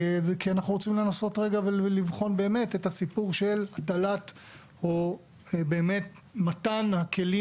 כי אנחנו רוצים לנסות ולבחון את הסיפור של מתן הכלים